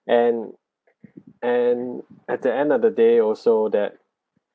and and at the end of the day also that